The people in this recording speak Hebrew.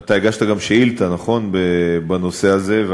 אתה הגשת גם שאילתה בנושא הזה, נכון?